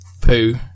poo